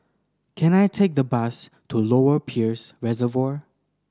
can I take the bus to Lower Peirce Reservoir